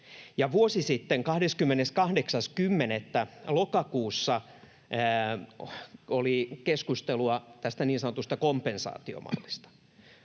vuosi sitten, 28.10., lokakuussa, oli keskustelua tästä niin sanotusta kompensaatiomallista.